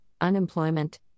unemployment